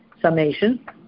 summation